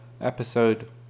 episode